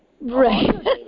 Right